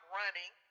running